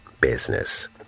business